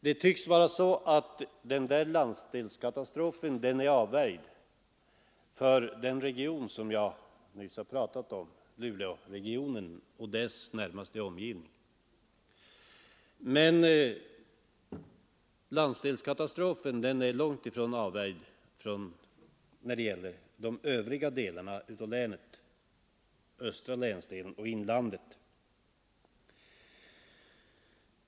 Det tycks vara så att denna landsdelskatastrof nu är avvärjd för den region jag nyss talade om — Luleåregionen och dess närmaste omgivning. Men landsdelskatastrofen är långtifrån avvärjd när det gäller de övriga delarna av länet — den östra landsdelen och inlandet.